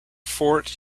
fort